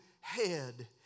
head